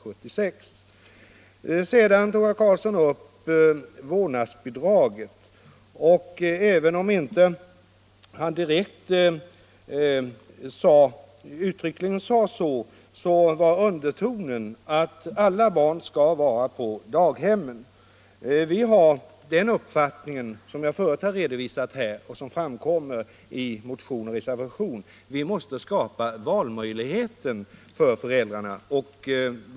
Herr Karlsson tog också upp vårdnadsbidraget, och även om han inte uttryckligen sade det, så var undertonen den att alla barn skall vara på daghem. Som jag förut har sagt och som framgår av vår motion och reservation, har vi uppfattningen att det måste skapas valfrihet för föräldrarna.